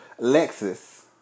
Lexus